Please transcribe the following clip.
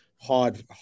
hard